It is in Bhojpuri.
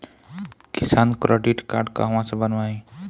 किसान क्रडिट कार्ड कहवा से बनवाई?